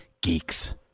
Geeks